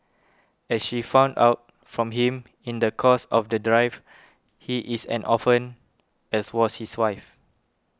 as she found out from him in the course of the drive he is an orphan as was his wife